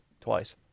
twice